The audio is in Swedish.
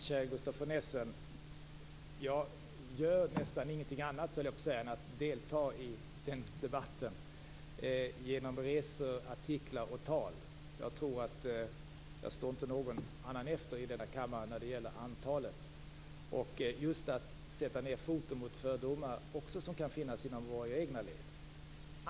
Herr talman! Käre Gustaf von Essen! Jag gör nästan ingenting annat, höll jag på att säga, än att delta i den debatten, genom resor, artiklar och tal. Jag tror inte att jag står någon annan efter i denna kammare när det gäller antalet sådana och just när det gäller att sätta ned foten mot de fördomar som kan finnas också inom våra egna led.